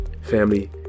Family